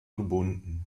gebunden